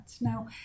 Now